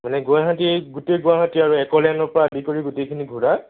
মানে গুৱাহাটী গোটেই গুৱাহাটী আৰু এক'লেণ্ডৰ পৰা আদি কৰি গোটেইখিনি ঘূৰা